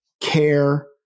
care